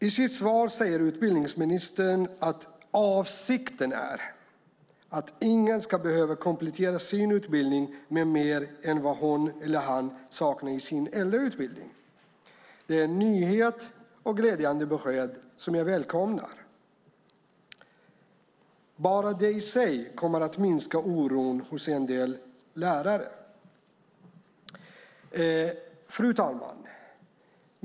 I sitt svar säger utbildningsministern att "avsikten är att ingen ska behöva komplettera sin utbildning med mer än vad han eller hon saknar i sin äldre utbildning". Det är en nyhet och ett glädjande besked som jag välkomnar. Bara det i sig kommer att minska oron hos en del lärare. Fru talman!